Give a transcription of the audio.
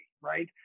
right